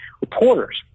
reporters